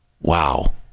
Wow